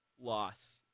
loss